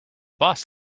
boss